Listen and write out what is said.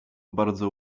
bardzo